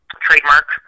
trademark